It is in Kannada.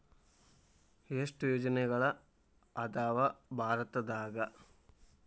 ಎಷ್ಟ್ ಯೋಜನೆಗಳ ಅದಾವ ಭಾರತದಾಗ?